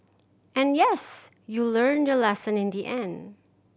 and yes you learnt your lesson in the end